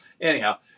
anyhow